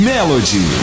Melody